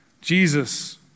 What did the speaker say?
Jesus